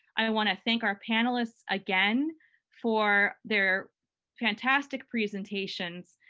i want to thank our panelists again for their fantastic presentations,